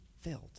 filled